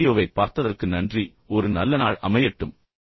இந்த வீடியோவைப் பார்த்ததற்கு நன்றி ஒரு நல்ல நாள் அமையட்டும்